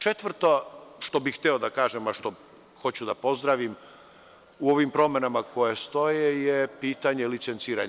Četvrto, što bih hteo da kažem, a što hoću da pozdravim u ovim promenama koje stoje je pitanje licenciranja.